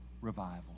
revival